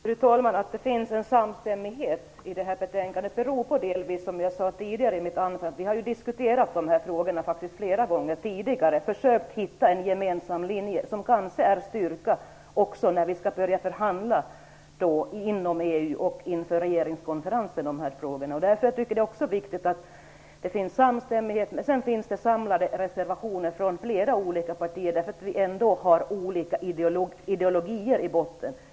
Fru talman! Att det finns en samstämmighet i det här betänkandet beror delvis på, som jag sade tidigare i mitt anförande, att vi faktiskt har diskuterat de här frågorna flera gånger tidigare och försökt hitta en gemensam linje som kanske kan vara en styrka också när vi skall börja förhandla inom EU och inför regeringskonferensen. Därför tycker jag också att det är viktigt att det finns en samstämmighet. Det finns även samlade reservationer från flera olika partier, eftersom vi har olika ideologier i botten.